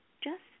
Just